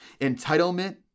Entitlement